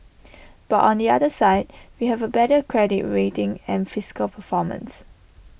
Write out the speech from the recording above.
but on the other side we have A better credit rating and fiscal performance